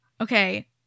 Okay